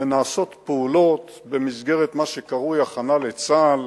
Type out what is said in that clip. ונעשות פעולות במסגרת מה שקרוי הכנה לצה"ל,